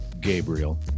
Gabriel